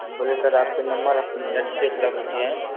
बोलिए सर आपके नंबर हम नेट से प्राप्त किए हैं